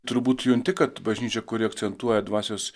turbūt junti kad bažnyčia kuri akcentuoja dvasios